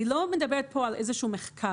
אני לא מדברת פה על איזשהו מחקר.